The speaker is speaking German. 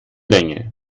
länge